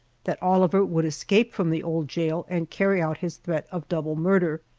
that oliver would escape from the old jail and carry out his threat of double murder.